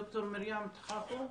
ד"ר מרים תחאוכו.